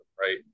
right